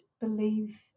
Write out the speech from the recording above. believe